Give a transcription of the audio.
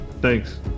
Thanks